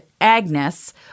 Agnes